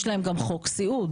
יש להם גם חוק סיעוד.